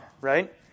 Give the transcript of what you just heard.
right